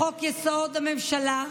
לחוק-יסוד: הממשלה,